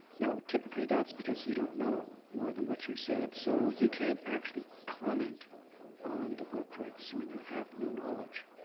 now typically that's because you don't know more than what you said so you can't actually comment on the work rights, i mean you have no knowledge.